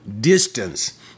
distance